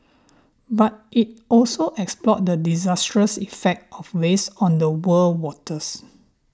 but it also explored the disastrous effect of waste on the world waters